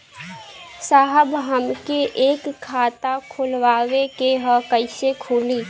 साहब हमके एक खाता खोलवावे के ह कईसे खुली?